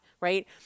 right